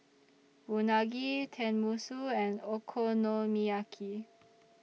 Unagi Tenmusu and Okonomiyaki